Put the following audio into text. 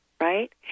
right